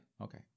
Okay